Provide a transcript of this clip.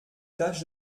tâche